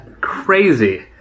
crazy